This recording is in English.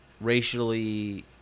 racially